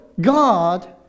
God